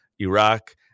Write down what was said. Iraq